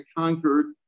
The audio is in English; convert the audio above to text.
conquered